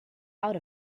out